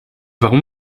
warum